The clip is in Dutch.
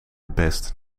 best